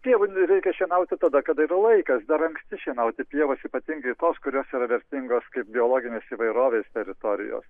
pievų nereikia šienauti tada kada laikas dar anksti šienauti pievas ypatingai tos kurios yra vertingos kaip biologinės įvairovės teritorijos